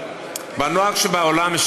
בנוהג שבעולם,